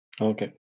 Okay